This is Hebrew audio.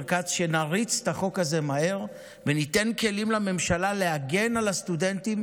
כץ שנריץ את החוק הזה מהר וניתן כלים לממשלה להגן על הסטודנטים,